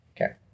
Okay